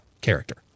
character